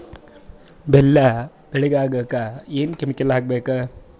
ಬೆಲ್ಲ ಬೆಳಗ ಆಗೋಕ ಏನ್ ಕೆಮಿಕಲ್ ಹಾಕ್ಬೇಕು?